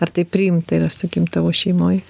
ar tai priimta yra sakykim tavo šeimoj